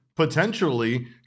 Potentially